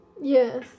Yes